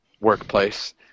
workplace